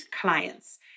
clients